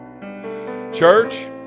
church